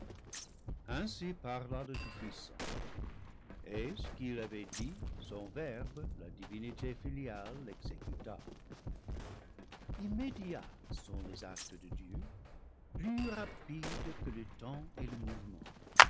ainsi parla le tout-puissant et ce qu'il avait dit son verbe la divinité filiale l'exécuta immédiats sont les actes de dieu plus rapides que le temps et le mouvement